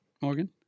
Morgan